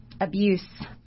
abuse